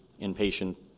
inpatient